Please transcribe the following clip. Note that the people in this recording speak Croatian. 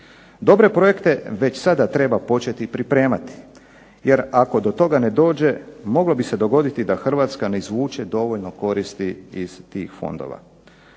dobre projekte već sada treba početi pripremati jer ako do toga ne dođe moglo bi se dogoditi da Hrvatska ne izvuče dovoljno koristi iz tih fondova.